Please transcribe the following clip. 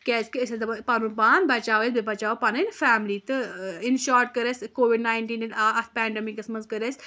کیازِ کہِ أسۍ ٲسۍ دَپان پَنُن پان بَچاوو أسۍ بیٚیہِ بَچاوو أسۍ پَنٕںی فیملی تہٕ اِن شاٹ کٔر اَسہِ کووِڈ نیِنٹیٖن اَتھ پینَڈمِکس منٛز کٔر اَسہِ